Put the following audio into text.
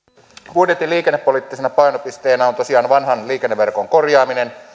budjetin liikennepoliittisena painopisteenä on tosiaan vanhan liikenneverkon korjaaminen